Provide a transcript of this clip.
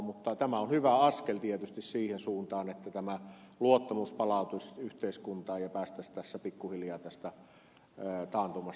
mutta tämä on hyvä askel tietysti siihen suuntaan että tämä luottamus palautuisi yhteiskuntaan ja päästäisiin tässä pikkuhiljaa tästä joita ovat